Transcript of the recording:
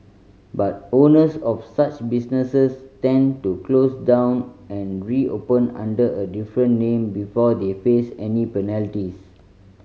but owners of such businesses tend to close down and reopen under a different name before they face any penalties